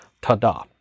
ta-da